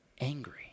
angry